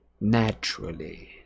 Naturally